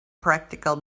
practical